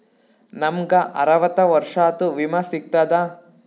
ನಮ್ ಗ ಅರವತ್ತ ವರ್ಷಾತು ವಿಮಾ ಸಿಗ್ತದಾ?